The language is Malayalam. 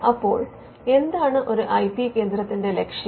അപ്പോൾ എന്താണ് ഒരു ഐ പി കേന്ദ്രത്തിന്റെ ലക്ഷ്യം